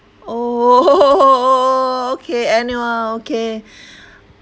oh okay annual okay